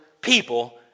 people